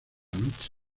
noche